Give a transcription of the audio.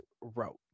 wrote